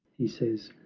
he says,